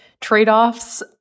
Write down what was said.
trade-offs